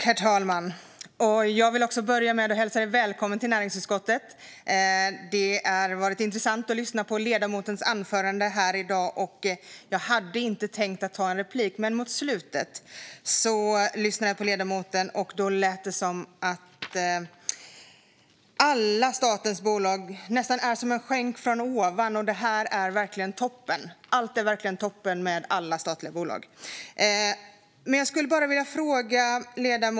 Herr talman! Jag vill också börja med att hälsa Anders Frimert välkommen till näringsutskottet. Det har varit intressant att lyssna på ledamotens anförande här i dag. Jag hade inte tänkt att ta replik, men när jag lyssnade på ledamoten i slutet lät det nästan som om alla statens bolag är en skänk från ovan och att allt verkligen är toppen med alla statliga bolag.